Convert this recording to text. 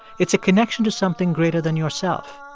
it's a connection to something greater than yourself.